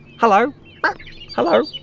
hello ah hello